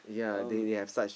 um